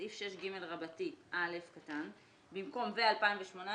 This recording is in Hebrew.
בסעיף 6ג(א), במקום "ו־2018"